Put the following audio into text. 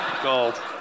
gold